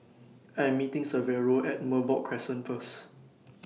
I Am meeting Severo At Merbok Crescent First